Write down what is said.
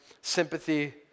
sympathy